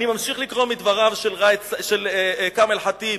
אני ממשיך לקרוא מדבריו של כמאל ח'טיב: